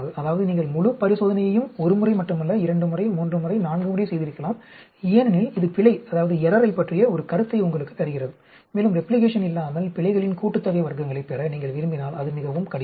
அதாவது நீங்கள் முழு பரிசோதனையையும் ஒரு முறை மட்டுமல்ல இரண்டு முறை மூன்று முறை நான்கு முறை செய்திருக்கலாம் ஏனெனில் இது பிழையைப் பற்றிய ஒரு கருத்தை உங்களுக்குத் தருகிறது மேலும் ரெப்ளிகேஷன் இல்லாமல் பிழைகளின் கூட்டுத்தொகை வர்க்கங்களைப் பெற நீங்கள் விரும்பினால் அது மிகவும் கடினம்